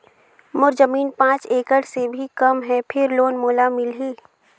मोर जमीन पांच एकड़ से भी कम है फिर लोन मोला मिलही?